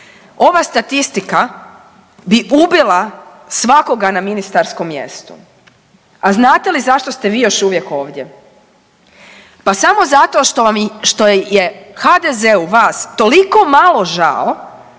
Ova statistika bi ubila svakoga na ministarskom mjestu. A znate li zašto ste vi još uvijek ovdje? Pa samo zato što je HDZ-u vas toliko malo žao